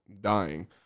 dying